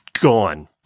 Gone